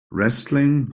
wrestling